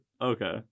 Okay